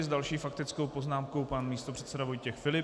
S další faktickou poznámkou pan místopředseda Vojtěch Filip.